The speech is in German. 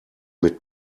mit